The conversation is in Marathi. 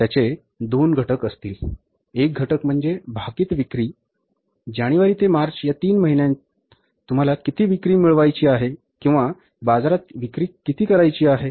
त्याचे दोन घटक असतील एक घटक म्हणजे भाकीत विक्री जानेवारी ते मार्च या तीन महिन्यांत तुम्हाला किती विक्री मिळवायची आहे किंवा बाजारात विक्री करायची आहे